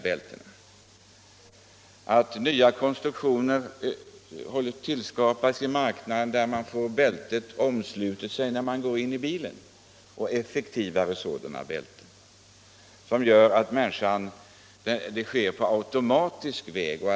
Det skapas nya konstruktioner som förs ut på marknaden —- exempelvis en modell där bilbältet omsluter en när man går in i bilen; det hela sker alltså på automatisk väg.